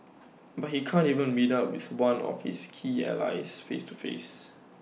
but he can't even meet up with one of his key allies face to face